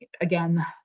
again